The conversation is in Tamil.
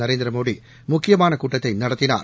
நரேந்திரமோடிமுக்கியமானகூட்டத்தைநடத்தினார்